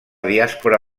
diàspora